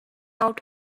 out